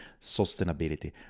sustainability